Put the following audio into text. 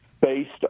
based